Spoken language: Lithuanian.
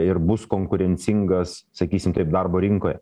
ir bus konkurencingas sakysim taip darbo rinkoje